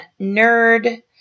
nerd